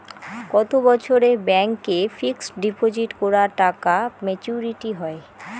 কত বছরে ব্যাংক এ ফিক্সড ডিপোজিট করা টাকা মেচুউরিটি হয়?